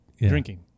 drinking